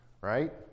Right